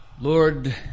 Lord